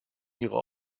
ihre